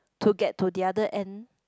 to get to the other end